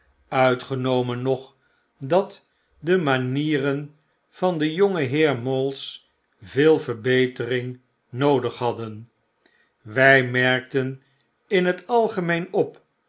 uitgenomen nog dat de manieren van den jongenheer mawls veel verbetering noodig hadden wy merken in t algemeen op